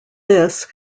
this